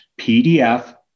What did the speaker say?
PDF